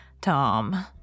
Tom